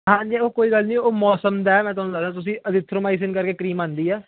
ਹਾਂਜੀ ਉਹ ਕੋਈ ਗੱਲ ਨਹੀਂ ਉਹ ਮੌਸਮ ਦਾ ਹੈ ਮੈਂ ਤੁਹਾਨੂੰ ਦੱਸਦਾ ਤੁਸੀਂ ਇਥਰੋਮਾਈਸੀਨ ਕਰਕੇ ਕਰੀਮ ਆਉਂਦੀ ਆ